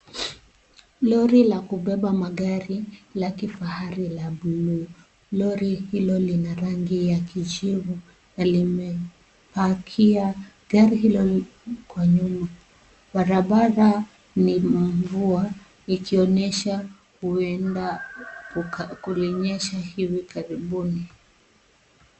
Lori la kubeba magari la kifahari la buluu. Lori hilo lina rangi la kijivu na linapakiwa gari hilo kwa nyuma. Barabara ni mvua ikionyesha huenda kulinyesha hivi karibuni.